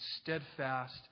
steadfast